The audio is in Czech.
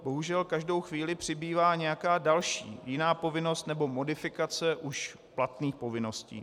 Bohužel každou chvíli přibývá nějaká další, jiná povinnost nebo modifikace už platných povinností.